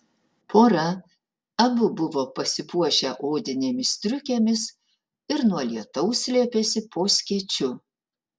pora abu buvo pasipuošę odinėmis striukėmis ir nuo lietaus slėpėsi po skėčiu